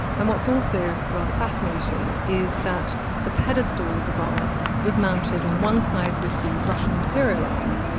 and what's also rather fascinating is that the pedestal of the vase was mounted on one side with the russian imperial arms,